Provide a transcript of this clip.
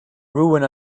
ruin